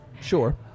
Sure